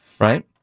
Right